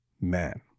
man